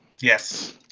Yes